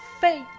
fate